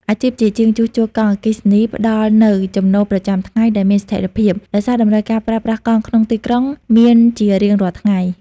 អាជីពជាជាងជួសជុលកង់អគ្គិសនីផ្តល់នូវចំណូលប្រចាំថ្ងៃដែលមានស្ថិរភាព ដោយសារតម្រូវការប្រើប្រាស់កង់ក្នុងទីក្រុងមានជារៀងរាល់ថ្ងៃ។